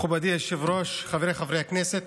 מכובדי היושב-ראש, חבריי חברי הכנסת,